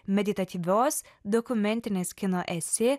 meditatyvios dokumentinės kino esė